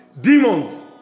demons